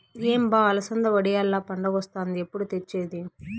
ఏం బా అలసంద వడియాల్ల పండగొస్తాంది ఎప్పుడు తెచ్చేది